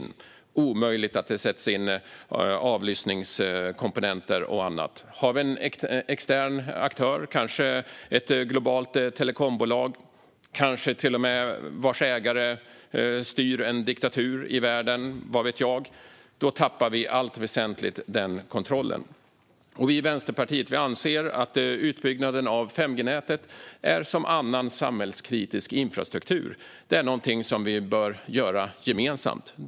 Det är omöjligt att det sätts in avlyssningskomponenter och annat. Har vi en extern aktör - kanske ett globalt telekombolag vars ägare kanske till och med styr en diktatur i världen, vad vet jag - tappar vi i allt väsentligt den kontrollen. Vi i Vänsterpartiet anser att utbyggnaden av 5G-nätet är som annan samhällsviktig infrastruktur; det är någonting som vi bör göra gemensamt.